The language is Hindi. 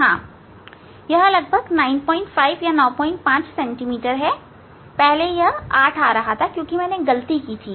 हां यह लगभग 95 सेंटीमीटर है पहले यह 8 आ रहा था क्योंकि मैंने गलती की थी